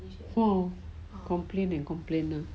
oh complain and complain